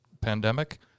pandemic